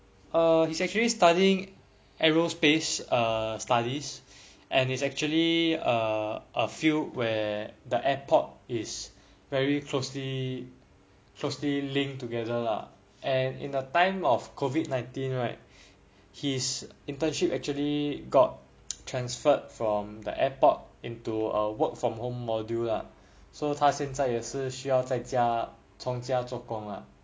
err he's actually studying aerospace err studies and it's actually err a field where the airport is very closely closely linked together lah and in a time of COVID nineteen right his internship actually got transferred from the airport into a work from home module lah so 他现在也是需要在家从家做工了